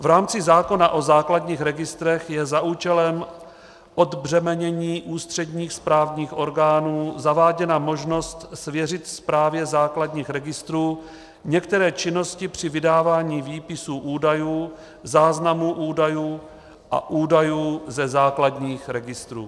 V rámci zákona o základních registrech je za účelem odbřemenění ústředních správních orgánů zaváděna možnost svěřit správě základních registrů některé činnosti při vydávání výpisů údajů, záznamů údajů a údajů ze základních registrů.